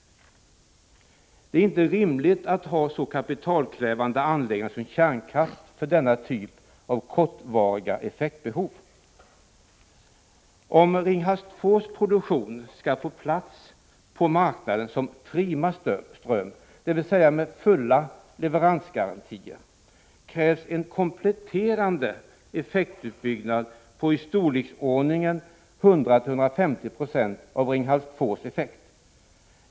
Det är inte rimligt att ha så kapitalkrävande anläggningar som kärnkraftverk för denna typ av kortvariga effektbehov. Om Ringhals 2:s produktion skall få plats på marknaden som prima ström, dvs. med fulla leveransgarantier, krävs en kompletterande effektutbyggnad på i storleksordningen 100-150 20 av Ringhals 2:s effekt.